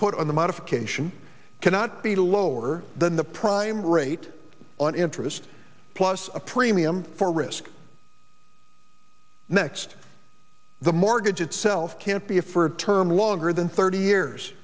put on the modification cannot be lower than the prime rate on interest plus a premium for risk next the mortgage itself can't be a for term longer than thirty years